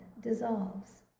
dissolves